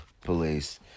police